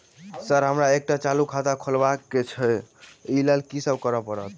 Sir हमरा एकटा चालू खाता खोलबाबह केँ छै ओई लेल की सब करऽ परतै?